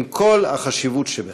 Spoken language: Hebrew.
עם כל החשיבות שבכך.